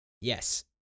Yes